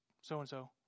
so-and-so